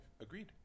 Agreed